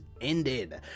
ended